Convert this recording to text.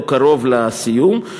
הוא קרוב לסיום,